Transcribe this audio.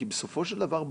כי בסופו של דבר,